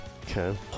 okay